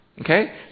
Okay